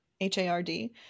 H-A-R-D